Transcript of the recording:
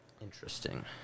Interesting